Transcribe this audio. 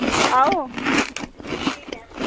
आओ